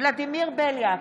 ולדימיר בליאק,